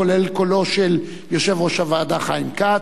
כולל קולו של יושב-ראש הוועדה חיים כץ,